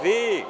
Vi.